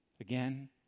again